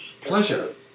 Pleasure